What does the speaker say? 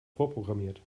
vorprogrammiert